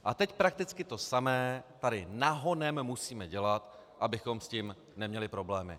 A teď prakticky to samé tady nahonem musíme dělat, abychom s tím neměli problémy.